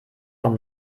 vom